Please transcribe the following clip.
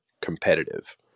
competitive